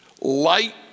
light